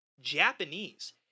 Japanese